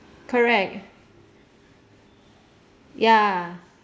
correct ya